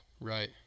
right